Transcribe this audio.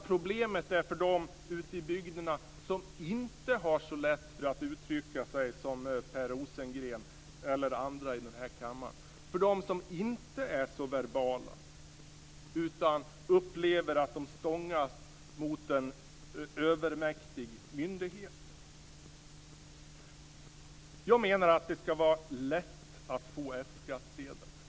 Problemet uppstår för dem ute i bygderna som inte har så lätt för att uttrycka sig som Per Rosengren eller andra i den här kammaren, för dem som inte är så verbala, utan upplever att de stångas mot en övermäktig myndighet. Jag menar att det skall vara lätt att få F-skattsedel.